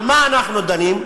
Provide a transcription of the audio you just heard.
על מה אנחנו דנים?